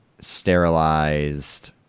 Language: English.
sterilized